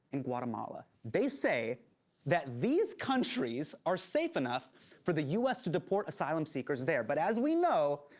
and guatemala. they say that these countries are safe enough for the u s. to deport asylum seekers there. but as we know,